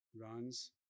runs